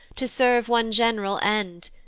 to serve one gen'ral end,